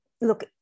Look